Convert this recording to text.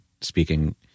speaking